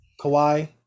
Kawhi